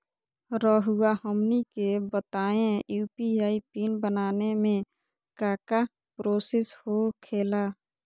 रहुआ हमनी के बताएं यू.पी.आई पिन बनाने में काका प्रोसेस हो खेला?